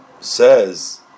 says